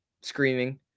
screaming